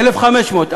1,500 ש"ח.